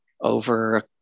over